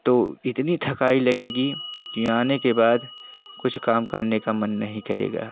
तो इतनी थकाई लगेगी कि आने के बाद कुछ काम करने का मन नहीं करेगा